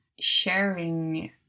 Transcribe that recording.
sharing